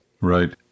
Right